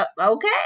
okay